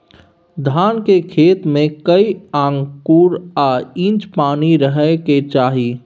धान के खेत में कैए आंगुर आ इंच पानी रहै के चाही?